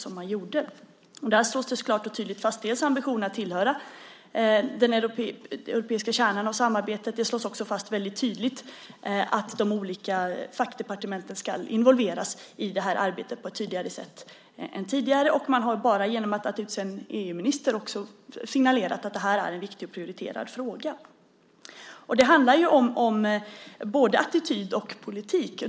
Ambitionen att tillhöra den europeiska kärnan av samarbetet slås klart och tydligt fast. Det slås också fast väldigt tydligt att de olika fackdepartementen ska involveras i det här arbetet på ett tydligare sätt än tidigare. Man har bara genom att utse en EU-minister också signalerat att det här är en viktig och prioriterad fråga. Det handlar om både attityd och politik.